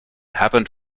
happened